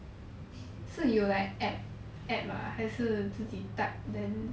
so 有 like app app ah 还是自己:hai shi ziji type then